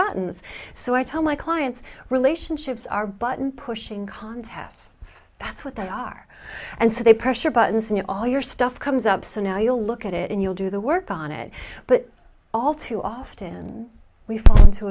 buttons so i tell my clients relationships are button pushing contests that's what they are and so they pressure but it's not all your stuff comes up so now you'll look at it and you'll do the work on it but all too often we fall into